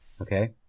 Okay